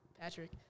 Patrick